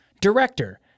Director